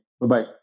Bye-bye